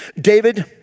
David